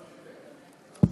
בבקשה.